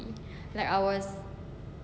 like I was